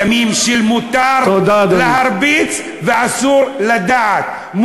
ימים של מותר להרביץ ואסור לדעת.